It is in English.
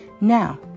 Now